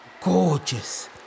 Gorgeous